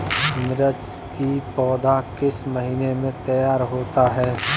मिर्च की पौधा किस महीने में तैयार होता है?